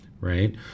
Right